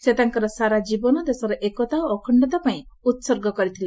ସେ ତାଙ୍କର ସାରା ଜୀବନ ଦେଶର ଏକତା ଓ ଅଖଶ୍ତତା ପାଇଁ ଉତ୍ସର୍ଗ କରିଥିଲେ